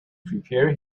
prepare